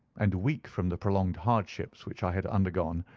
and weak from the prolonged hardships which i had undergone,